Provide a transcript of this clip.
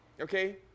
Okay